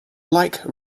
like